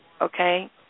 okay